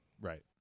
Right